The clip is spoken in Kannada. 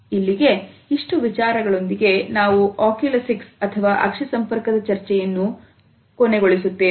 ಇಲ್ಲಿಗೆ ಇಷ್ಟು ವಿಚಾರಗಳೊಂದಿಗೆ ನಾವು ಅಕ್ಯುಲೆಸಿಕ್ಸ್ ಅಥವಾ ಅಕ್ಷಿ ಸಂಪರ್ಕದ ಚರ್ಚೆಯನ್ನು ಕೊನೆಗೊಳಿಸುತ್ತೇವೆ